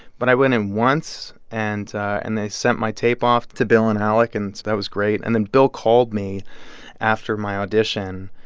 but i went in once. and and they sent my tape off to bill and alec, and so that was great. and then bill called me after my audition.